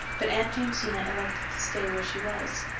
but aunt jamesina elected to stay where she was.